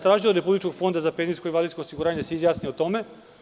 Tražio sam od Republičkog fonda za penzijsko i invalidsko osiguranje da se izjasni o tome.